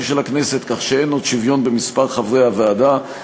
של הכנסת כך שאין עוד שוויון במספר חברי הוועדה,